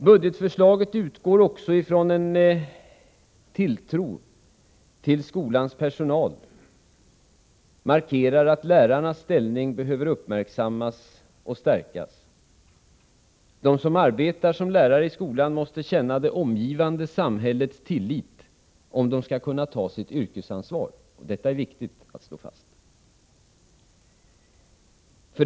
Budgetförslaget utgår också från en tilltro till skolans personal och markerar att lärarnas ställning behöver uppmärksammas och stärkas. De som arbetar som lärare i skolan måste känna det omgivande samhällets tillit, om de skall kunna ta sitt yrkesansvar. Detta är viktigt att slå fast.